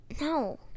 No